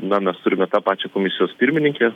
na mes turime tą pačią komisijos pirmininkę